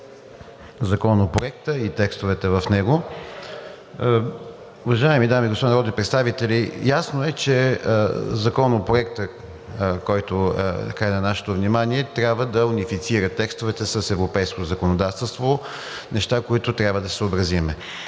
Законопроекта и текстовете в него. Уважаеми дами и господа народни представители, ясно е, че Законопроектът, който е на нашето внимание, трябва да унифицира текстовете с европейското законодателство, неща, които трябва да съобразим.